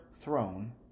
throne